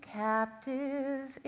captive